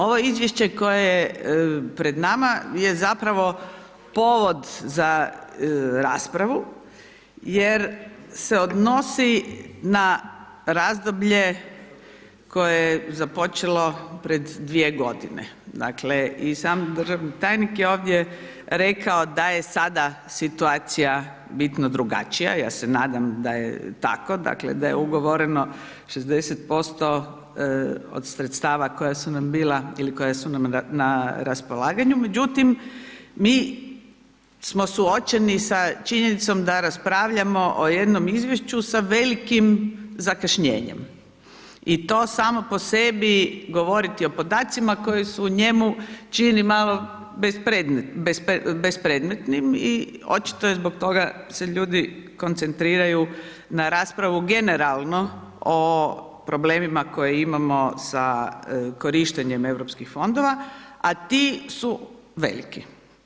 Ovo izvješće koje je pred nama je zapravo povod za raspravu jer se odnosi na razdoblje koje je započelo pred 2 g. Dakle i sam državni tajnik je ovdje rekao da je sada situacija bitno drugačija, ja se nadam da je tako, dakle da je ugovoreno 60% od sredstava koja su nam bila ili koja su nam na raspolaganju međutim mi smo suočeni sa činjenicom da raspravljamo o jednom izvješću sa velikim zakašnjenjem i to samo po sebi govoriti o podacima koji su u njemu, čini malo bespredmetnim i očito je zbog toga se ljudi koncentriraju na raspravu generalno o problemima koje imamo sa korištenjem europskih fondova a ti su veliki.